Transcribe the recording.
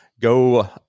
go